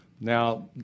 Now